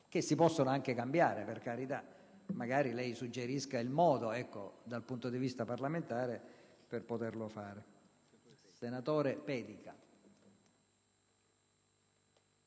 che si possono anche cambiare, per carità; magari suggerisca lei il modo, dal punto di vista parlamentare, per poterlo fare. **Sull'assenza